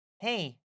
Hey